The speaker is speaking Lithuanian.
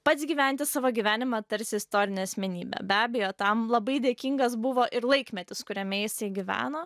pats gyventi savo gyvenimą tarsi istorinė asmenybė be abejo tam labai dėkingas buvo ir laikmetis kuriame jisai gyveno